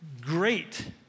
great